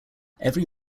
every